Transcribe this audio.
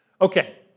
Okay